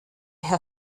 herr